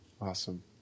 awesome